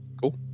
Cool